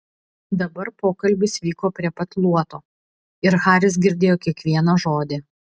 dabar pokalbis vyko prie pat luoto ir haris girdėjo kiekvieną žodį